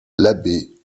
l’abbé